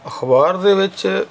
ਅਖ਼ਬਾਰ ਦੇ ਵਿੱਚ